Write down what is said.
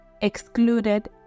excluded